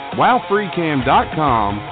wowfreecam.com